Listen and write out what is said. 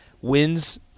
Winds